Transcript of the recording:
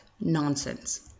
nonsense